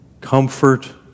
Comfort